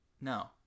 No